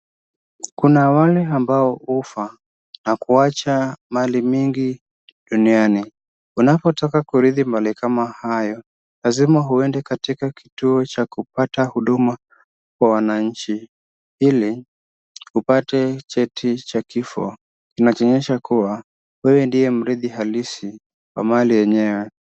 Kuna wale ambao hufa na kuacha mali mingi duniani, unapotaka kurithi mali kama hayo lazima uende katika kituo cha kupata huduma kwa wananchi, ili upate cheti cha kifo kinachoonyesha kuwa wewe ndiye mrithi halisi wa mali yenyewe.